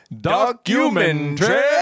documentary